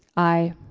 i.